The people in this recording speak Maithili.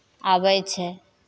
आबै छै